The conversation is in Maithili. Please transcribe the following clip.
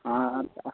हँ तऽ